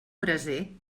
braser